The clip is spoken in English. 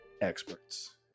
experts